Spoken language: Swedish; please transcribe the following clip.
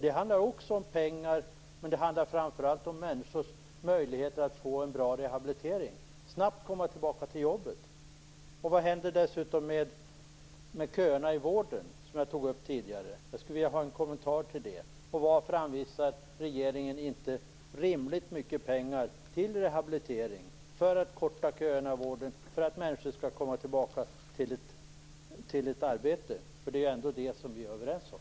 De handlar också om pengar, men det handlar framför allt om människors möjligheter att få en bra rehabilitering och att snabbt komma tillbaka till jobbet. Vad händer med köerna i vården, som jag tog upp tidigare? Jag skulle vilja ha en kommentar till det. Och varför anvisar inte regeringen rimligt mycket pengar till rehabilitering för att korta köerna i vården och för att människor skall komma tillbaka till ett arbete? Det ju ändå det som vi är överens om.